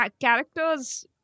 character's